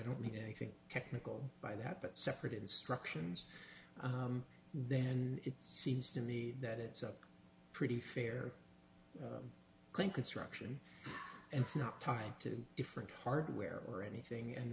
don't mean anything technical by that but separate instructions then it seems to me that it's a pretty fair claim construction and so not tied to different hardware or anything and